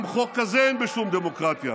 גם חוק כזה אין בשום דמוקרטיה.